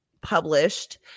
published